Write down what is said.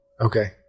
Okay